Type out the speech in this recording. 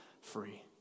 free